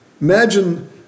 Imagine